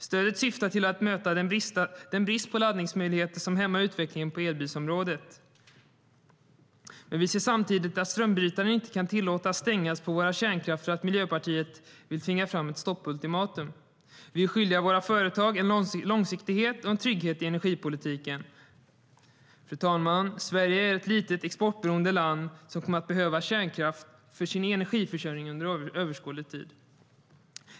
Stödet syftar till att möta den brist på laddningsmöjligheter som hämmar utvecklingen på elbilsområdet. STYLEREF Kantrubrik \* MERGEFORMAT EnergiFru talman! Sverige är ett litet exportberoende land som kommer att behöva kärnkraft för sin energiförsörjning under överskådlig tid.